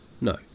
No